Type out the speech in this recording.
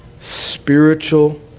spiritual